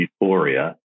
euphoria